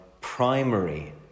primary